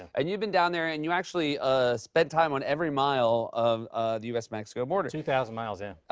and you've been down there. and you actually ah spent time on every mile of the u s. mexico border. two thousand miles, yeah.